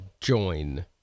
join